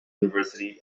university